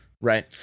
right